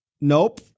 Nope